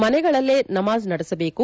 ಮನೆಯಲ್ಲೇ ನಮಾಜ್ ನಡೆಸಬೇಕು